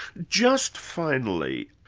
just finally,